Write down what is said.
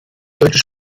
deutsche